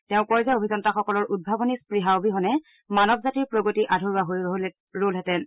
তেওঁ কয় যে অভিযন্তাসকলৰ উদ্ভাৱনী স্পৃহা অবিহনে মানৱ জাতিৰ প্ৰগতি আধৰুৱা হৈ ৰল হেঁতেন